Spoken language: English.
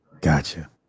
gotcha